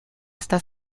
hasta